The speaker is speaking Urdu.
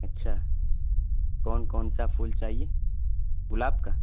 اچھا کون کون سا پھول چاہیے گلاب کا